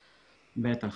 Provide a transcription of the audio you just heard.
בטח.